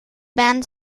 band